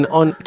on